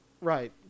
Right